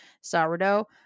sourdough